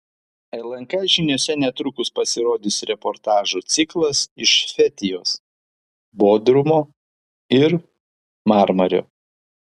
lnk žiniose netrukus pasirodys reportažų ciklas iš fetijos bodrumo ir marmario